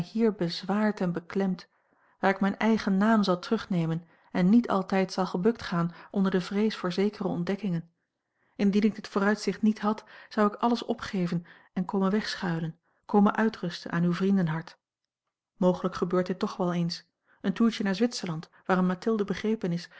hier bezwaart en beklemt waar ik mijn eigen naam zal terugnemen en niet altijd zal gebukt gaan onder de vrees voor zekere ontdekkingen indien ik dit vooruitzicht niet had zou ik alles opgeven en komen wegschuilen komen uitrusten aan uw vriendenhart mogelijk gebeurt dit toch wel eens een toertje naar zwitserland waarin mathilde begrepen is